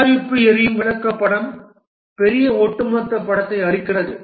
தயாரிப்பு எரியும் விளக்கப்படம் பெரிய ஒட்டுமொத்த படத்தை அளிக்கிறது